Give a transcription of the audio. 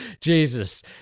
Jesus